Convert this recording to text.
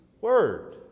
word